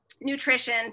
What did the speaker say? nutrition